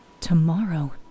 Tomorrow